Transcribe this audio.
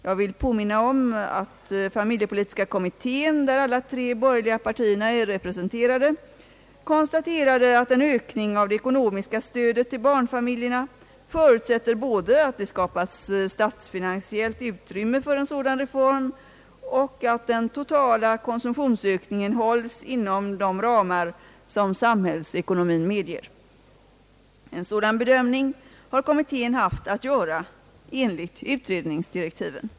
Jag vill påminna om att familjepolitiska kommittén — där alla tre borgerliga partierna är representerade — konstaterade, att en ökning av det ekonomiska stödet till barnfamiljerna både förutsätter att det skapas statsfinansiellt utrymme för en sådan reform och att den totala konsumtionsökningen hålls inom de ramar som samhällsekonomin medger. En sådan bedömning har kommittén haft att göra enligt utredningsdirektiven.